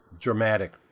dramatic